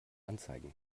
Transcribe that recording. anzeigen